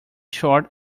short